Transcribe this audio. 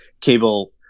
cable